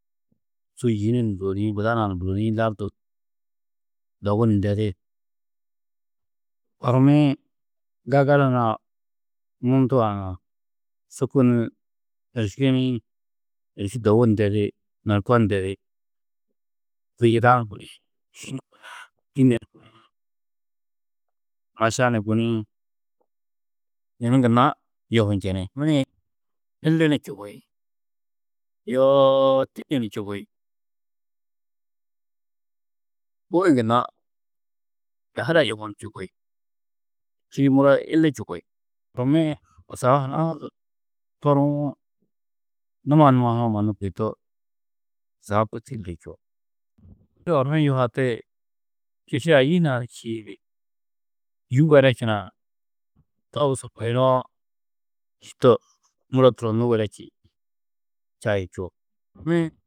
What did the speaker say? Su yî nuũ ni bûroniĩ, buda naa ni bûroniĩ, lardu dogu ni ndedi, ormi-ĩ gagala nuã mundu aã, su kônuũ êriskeniĩ, êriski dogu ni ndedi, norko ni ndedi, guniĩ, yî tînne, maša ni guniĩ, yunu gunna yohu njeni, illi ni čubi, yoo tînne ni čubi, bugi-ĩ gunna ŋahila yewo ni čubi, čîidi muro illi čubi, ormi-ĩ busau hunã du toruwo, numa numa hunuo mannu kôi to zabtu tigiri čuo, de ormi-ĩ yuhati, kiši ayî hunã du čîi di yî werečunã tobusu buyunoo, yî to muro turonnu wereči čayi čuo,